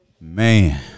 Man